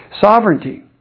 sovereignty